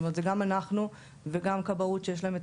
זה גם אנחנו וגם כבאות שיש להם את